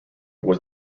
was